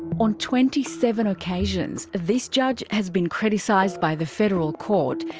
on twenty seven occasions this judge has been criticised by the federal court,